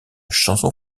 chanson